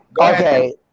Okay